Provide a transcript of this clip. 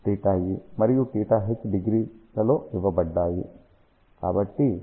మరియు θH డిగ్రీల లో ఇవ్వబడ్డాయి